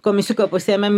komisiuką pasiėmėm